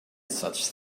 such